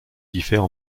diffère